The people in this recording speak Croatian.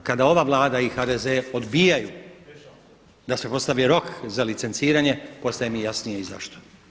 I sada kada ova Vlada i HDZ odbijaju da se postavi rok za licenciranje postaje mi jasnije i zašto.